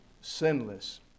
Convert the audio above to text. sinless